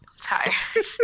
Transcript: tired